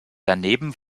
daneben